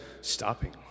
stopping